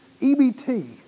EBT